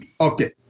Okay